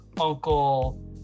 uncle